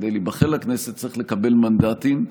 כדי להיבחר לכנסת צריך לקבל מנדטים,